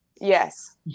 yes